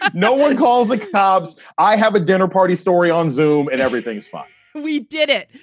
no one calls the cops. i have a dinner party story on zoome and everything's fine we did it.